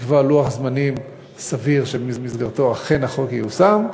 לקבוע לוח זמנים סביר שבמסגרתו אכן החוק ייושם.